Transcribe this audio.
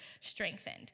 strengthened